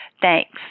Thanks